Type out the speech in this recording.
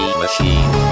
machine